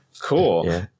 Cool